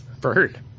bird